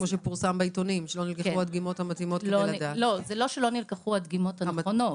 כפי שפורסם בעיתונים זה לא שלא נלקחו הדגימות המתאימות,